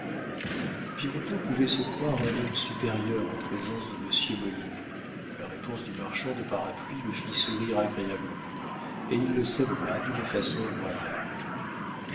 talents birotteau pouvait se croire un homme supérieur en présence de monsieur molineux la réponse du marchand de parapluies le fit sourire agréablement et il le salua d'une façon royale